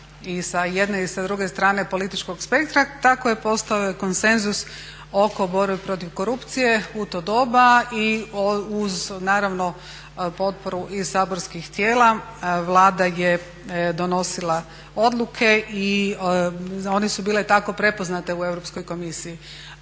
i sa jedne i sa druge strane političkog spektra, tako je postojao i konsenzus oko borbe protiv korupcije u to doba i uz naravno potporu i saborskih tijela Vlada je donosila odluke i one su bile tako prepoznate u Europskoj komisiji.